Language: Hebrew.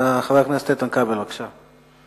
חבר הכנסת איתן כבל, בבקשה.